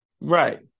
Right